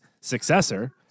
successor